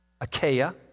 Achaia